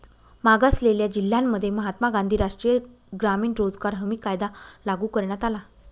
मागासलेल्या जिल्ह्यांमध्ये महात्मा गांधी राष्ट्रीय ग्रामीण रोजगार हमी कायदा लागू करण्यात आला